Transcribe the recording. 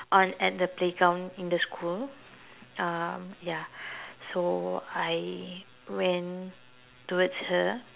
on at the playground in the school um ya so I went towards her